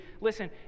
Listen